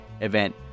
event